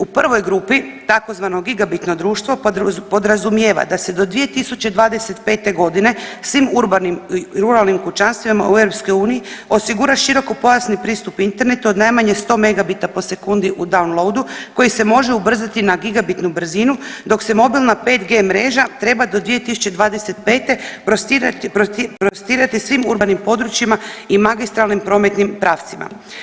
U prvoj grupi tzv. gigabitno društvo podrazumijeva da se do 2025.g. svim urbanim i ruralnim kućanstvima u EU osigura širokopojasni pristup internetu od najmanje 100 megabita u sekundi po downloadu koji se može ubrzati na gigabitnu brzinu dok se mobilna 5G mreža treba do 2025. prostirati, prostirati svim urbanim područjima i magistralnim prometnim pravcima.